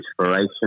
inspiration